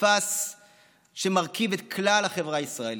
הפסיפס שמרכיב את כלל החברה הישראלית.